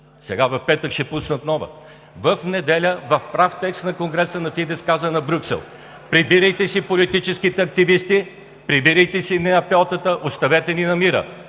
сега в петък ще пуснат нова – в неделя в прав текст на конгреса на „Фидес“ каза на Брюксел: прибирайте си политическите активисти, прибирайте си НПО-тата, оставете ни на мира